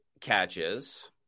catches